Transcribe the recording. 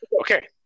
okay